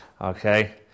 okay